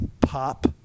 pop